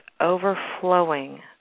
overflowing